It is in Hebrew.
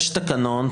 יש תקנון,